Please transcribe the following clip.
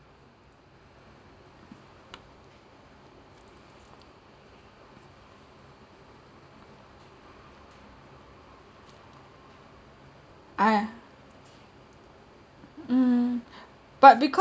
uh yeah mm but because